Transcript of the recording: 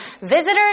visitors